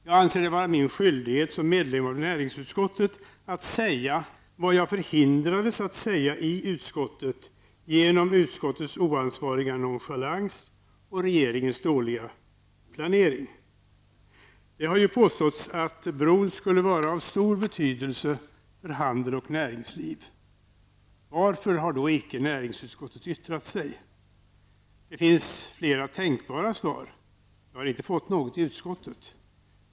Jag anser det vara min skyldighet som medlem av näringsutskottet att säga vad jag förhindrades att säga i utskottet på grund av utskottets oansvariga nonchalans och regeringens dåliga planering. Det har ju påståtts att bron skulle vara av stor betydelse för handel och näringsliv. Varför har då näringsutskottet inte yttrat sig? Det finns flera tänkbara svar. Jag har inte fått något i utskottet.